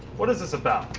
what is this about?